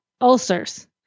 ulcers